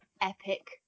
Epic